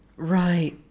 right